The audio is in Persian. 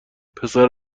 پسر